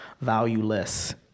valueless